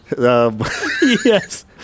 Yes